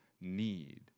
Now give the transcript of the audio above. need